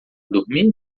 dormir